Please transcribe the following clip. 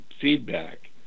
feedback